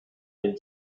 been